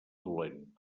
dolent